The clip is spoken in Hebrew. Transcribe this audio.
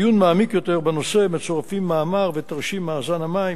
לעיון מעמיק יותר בנושא מצורפים מאמר ותרשים מאזן המים.